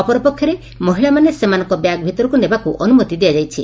ଅପରପକ୍ଷରେ ମହିଳାମାନେ ସେମାନଙ୍କ ବ୍ୟାଗ୍ ଭିତରକୁ ନେବାକୁ ଅନ୍ମତି ଦିଆଯାଇଛି